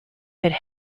could